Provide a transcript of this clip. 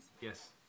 Yes